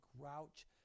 grouch